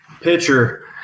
pitcher